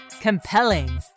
compelling